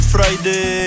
Friday